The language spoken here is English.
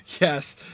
Yes